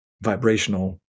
vibrational